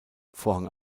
vorhang